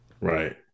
Right